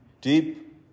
deep